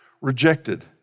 rejected